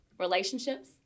relationships